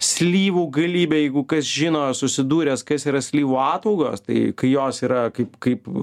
slyvų galybė jeigu kas žino susidūręs kas yra slyvų ataugos tai kai jos yra kaip kaip